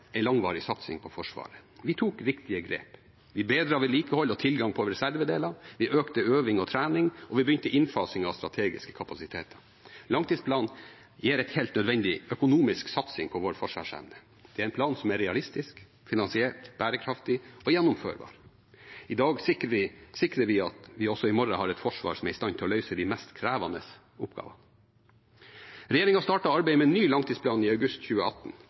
langvarig satsing på Forsvaret. Vi tok viktige grep. Vi bedret vedlikeholdet og tilgangen på reservedeler. Vi økte øving og trening. Og vi begynte innfasingen av strategiske kapasiteter. Langtidsplanen gir en helt nødvendig økonomisk satsing på vår forsvarsevne. Det er en plan som er realistisk finansiert, bærekraftig og gjennomførbar. I dag sikrer vi at vi også i morgen har et forsvar som er i stand til å løse de mest krevende oppgavene. Regjeringen startet arbeidet med en ny langtidsplan i august 2018.